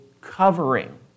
covering